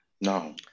No